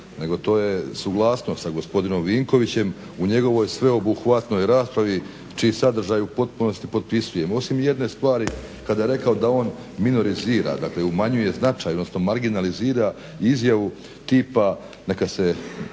nego to je suglasnost sa gospodinom Vinkovićem. U njegovoj sveobuhvatnoj raspravi čiji sadržaj u potpunosti potpisujem, osim jedne stvari kada je rekao da on minorizira, dakle umanjuje značaj odnosno marginalizira izjavu tipa neka se